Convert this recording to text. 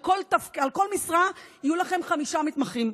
ועל כל משרה יהיו לכם חמישה מתמחים.